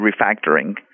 refactoring